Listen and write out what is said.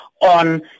on